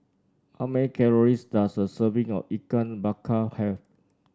how many calories does a serving of Ikan Bakar have